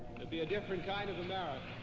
be a different kind of america.